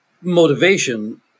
motivation